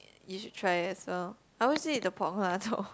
you should try it as well I always eat the pork lard though